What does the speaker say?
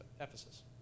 Ephesus